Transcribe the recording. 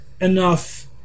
enough